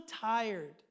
tired